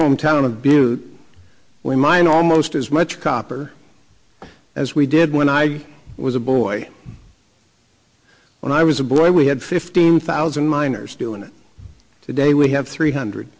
hometown of butte when mine almost as much copper as we did when i was a boy when i was a boy we had fifteen thousand miners doing it today we have three hundred